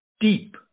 deep